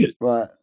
Right